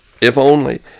if-only